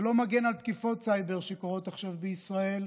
שלא מגן על תקיפות סייבר שקורות עכשיו בישראל,